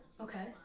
Okay